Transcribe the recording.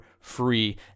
free